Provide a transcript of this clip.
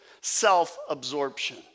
self-absorption